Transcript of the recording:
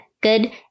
good